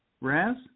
Raz